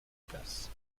place